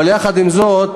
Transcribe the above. אבל, יחד עם זאת,